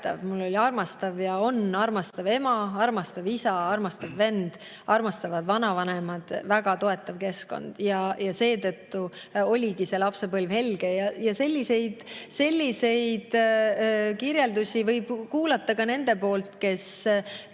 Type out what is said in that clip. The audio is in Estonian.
Mul oli ja on armastav ema ja armastav isa, armastav vend, armastavad vanavanemad, väga toetav keskkond ja seetõttu oligi see lapsepõlv helge. Selliseid kirjeldusi võib kuulda ka nendelt, kes